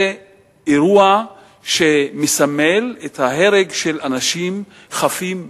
זה אירוע שמסמל את ההרג של אנשים חפים מפשע,